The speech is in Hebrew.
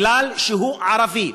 כי הוא ערבי.